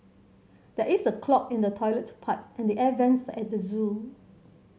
there is a clog in the toilet pipe and the air vents at the zoo